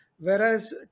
Whereas